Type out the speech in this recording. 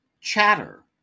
Chatter